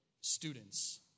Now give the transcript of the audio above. students